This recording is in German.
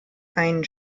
einen